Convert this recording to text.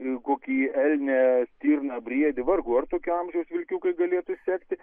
į kokį elnią stirną briedį vargu ar tokio amžiaus vilkiukai galėtų sekti